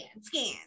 scan